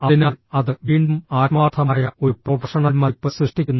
അതിനാൽ അത് വീണ്ടും ആത്മാർത്ഥമായ ഒരു പ്രൊഫഷണൽ മതിപ്പ് സൃഷ്ടിക്കുന്നു